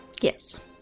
Yes